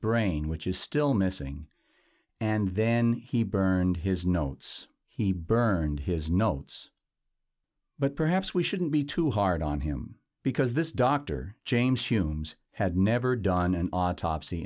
brain which is still missing and then he burned his notes he burned his notes but perhaps we shouldn't be too hard on him because this dr james soon had never done an autopsy